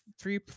three